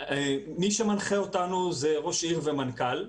מי שמנחה אותנו זה ראש עיר ומנכ"ל.